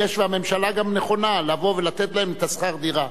והממשלה גם נכונה לבוא ולתת להם את שכר הדירה,